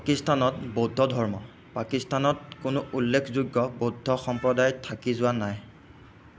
পাকিস্তানত বৌদ্ধধৰ্ম পাকিস্তানত কোনো উল্লেখযোগ্য বৌদ্ধ সম্প্ৰদায় থাকি যোৱা নাই